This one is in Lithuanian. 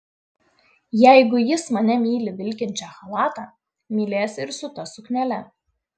jeigu jis mane myli vilkinčią chalatą mylės ir su ta suknele